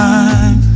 Time